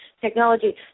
technology